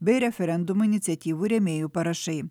bei referendumų iniciatyvų rėmėjų parašai